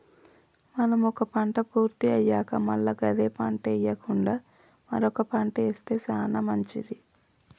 మనం ఒక పంట పూర్తి అయ్యాక మల్ల గదే పంట ఎయ్యకుండా మరొక పంట ఏస్తె సానా మంచిది